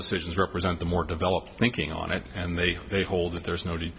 decisions represent the more developed thinking on it and they may hold that there's nobody